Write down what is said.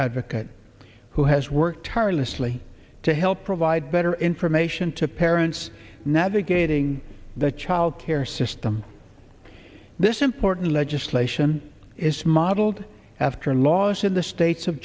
advocate who has worked tirelessly to help provide better information to parents navigating the child care system this important legislation is modeled after laws in the states of